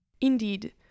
Indeed